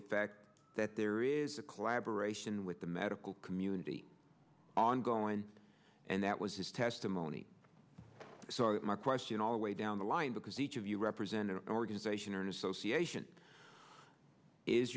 effect that there is a collaboration with the medical community on going and that was his testimony so my question all the way down the line because each of you represent an organization and association is